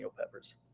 peppers